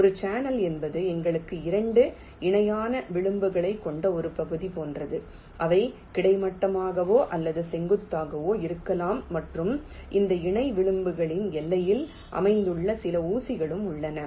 ஒரு சேனல் என்பது எங்களுக்கு 2 இணையான விளிம்புகளைக் கொண்ட ஒரு பகுதி போன்றது அவை கிடைமட்டமாகவோ அல்லது செங்குத்தாகவோ இருக்கலாம் மற்றும் இந்த இணை விளிம்புகளின் எல்லையில் அமைந்துள்ள சில ஊசிகளும் உள்ளன